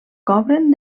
cobren